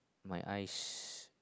my eyes